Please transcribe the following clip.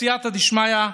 בסייעתא דשמיא,